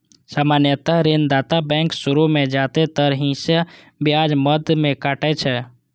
सामान्यतः ऋणदाता बैंक शुरू मे जादेतर हिस्सा ब्याज मद मे काटै छै